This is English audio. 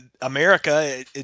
America